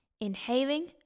inhaling